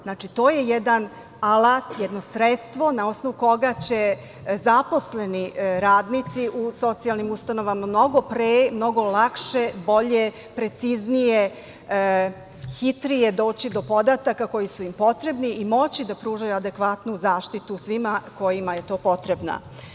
Znači, to je jedan alat, jedno sredstvo na osnovu koga će zaposleni, radnici u socijalnim ustanovama mnogo pre, mnogo lakše, bolje, preciznije, hitrije doći do podataka koji su im potrebni i moći da pruže adekvatnu zaštitu svima kojima je to potrebno.